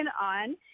on